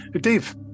Dave